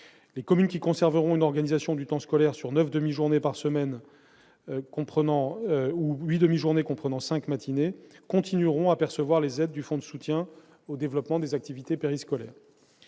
Les communes qui conserveront une organisation du temps scolaire sur neuf demi-journées par semaine, ou huit demi-journées par semaine comprenant cinq matinées, continueront à percevoir les aides du fonds de soutien au développement des activités périscolaires.